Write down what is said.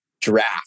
draft